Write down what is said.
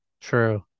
True